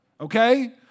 Okay